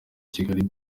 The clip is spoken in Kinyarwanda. kigali